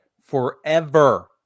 forever